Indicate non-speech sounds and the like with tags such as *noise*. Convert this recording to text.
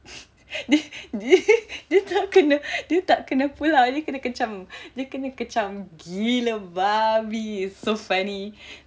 *laughs* dia macam kena dia tak kena pulau dia kena kecam dia kena kecam gila babi so funny